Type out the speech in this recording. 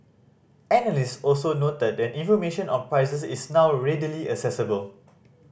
analyst also noted that information on prices is now readily accessible